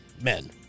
men